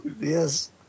Yes